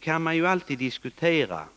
kan alltid diskuteras.